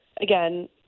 again